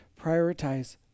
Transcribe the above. Prioritize